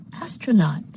Astronaut